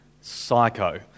psycho